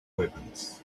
weapons